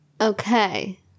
okay